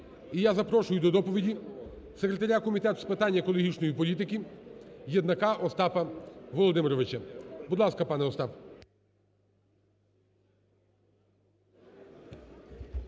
І я запрошую до доповіді секретаря Комітету з питань екологічної політики Єднака Остапа Володимировича. Будь ласка, пане Остап.